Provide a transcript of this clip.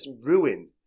ruin